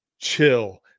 chill